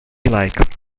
like